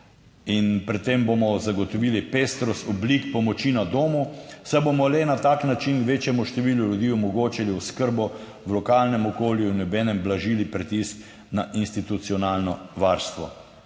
in pri tem bomo zagotovili pestrost oblik pomoči na domu, saj bomo le na tak način večjemu številu ljudi omogočili oskrbo v lokalnem okolju in obenem blažili pritisk na institucionalno varstvo.